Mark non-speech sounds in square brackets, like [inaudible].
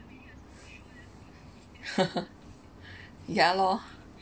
[laughs] ya lor